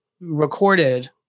recorded